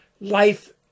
life